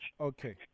Okay